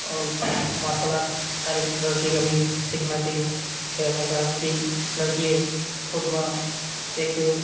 आओर martial art हरेक लड़कीके भी सीखना चाहिए एकरा कारण कि लड़की खुदमे एक